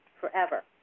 forever